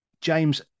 James